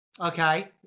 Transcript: okay